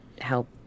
help